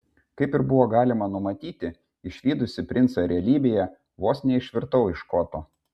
kaip ir buvo galima numanyti išvydusi princą realybėje vos neišvirtau iš koto